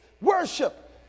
worship